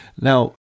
Now